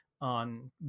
on